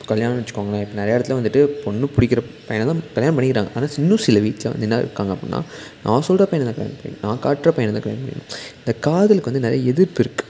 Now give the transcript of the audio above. கல்யாணம்னு வச்சுக்கோங்களேன் இப்போ நிறையா இடத்துல வந்துட்டு பொண்ணு பிடிக்கிற பையனை தான் கல்யாணம் பண்ணிக்கிறாங்க ஆனால் இன்னும் சில வீட்டில் வந்து என்ன இருக்காங்க அப்புடினா நான் சொல்கிற பையனை தான் கல்யாணம் பண்ணிக்கணும் நான் காட்டுற பையனை தான் கல்யாணம் பண்ணிக்கணும் இந்த காதலுக்கு வந்து நிறையா எதிர்ப்பு இருக்குது